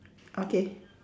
okay